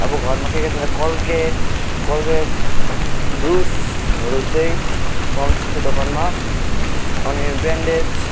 अब घरमा के के चाहिन्छ कोलगेट कोलगेट ब्रुसहरू चाहिँ पाउँछ त्यो दोकानमा अनि ब्यान्डेज